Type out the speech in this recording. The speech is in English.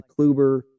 Kluber